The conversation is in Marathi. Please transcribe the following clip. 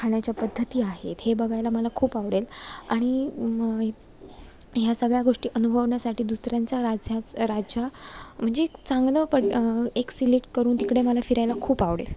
खाण्याच्या पद्धती आहेत हे बघायला मला खूप आवडेल आणि ह्या सगळ्या गोष्टी अनुभवण्यासाठी दुसऱ्यांच्या राज्यात राज्य म्हणजे चांगलं प एक सिलेक्ट करून तिकडे मला फिरायला खूप आवडेल